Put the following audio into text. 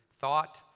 thought